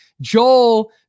Joel